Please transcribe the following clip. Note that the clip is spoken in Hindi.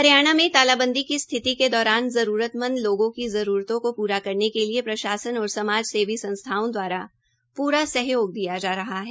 हरियाणा के तालाबंदी की स्थिति के दौरान जरूरतंमंद लोगों की जरूरतों को पूरा करने के लिए प्रशासन और समाज सेवी संस्थाओं द्वारा पूरा सहयोग दिया जा रहा है